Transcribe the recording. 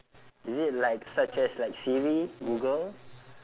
is it like such as like siri google